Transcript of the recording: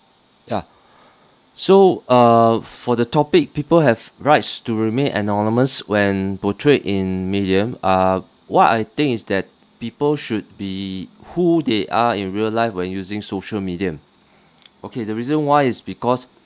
ya so err for the topic people have rights to remain anonymous when portrayed in media(uh) what I think is that people should be who they are in real life when using social media okay the reason why is because